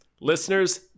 Listeners